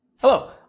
Hello